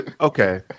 okay